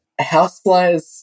Houseflies